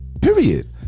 period